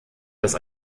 des